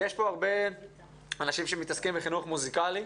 יש פה הרבה אנשים שמתעסקים בחינוך מוזיקלי,